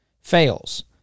fails